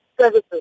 services